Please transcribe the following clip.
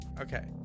Okay